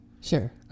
sure